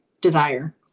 desire